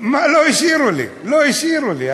לא השאירו לי, לא השאירו לי.